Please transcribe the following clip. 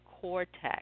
cortex